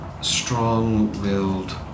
strong-willed